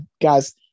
guys